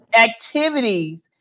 activities